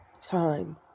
time